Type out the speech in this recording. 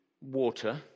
water